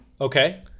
Okay